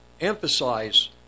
emphasize